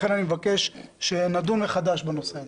לכן אני מבקש שנדון מחדש בנושא הזה.